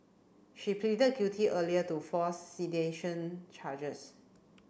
she pleaded guilty earlier to four sedation charges